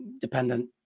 dependent